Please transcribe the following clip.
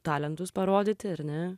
talentus parodyti ir ne